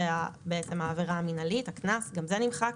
זו בעצם העבירה המנהלית, הקנס, גם זה נמחק.